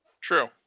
True